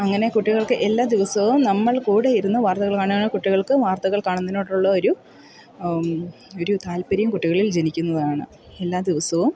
അങ്ങനെ കുട്ടികൾക്ക് എല്ലാ ദിവസവും നമ്മൾ കൂടെ ഇരുന്ന് വാർത്തകൾ കാണാൻ കുട്ടികൾക്ക് വാർത്തകൾ കാണുന്നതിനോടുള്ള ഒരു ഒരു താല്പര്യം കുട്ടികളിൽ ജനിക്കുന്നതാണ് എല്ലാ ദിവസവും